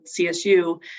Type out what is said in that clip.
CSU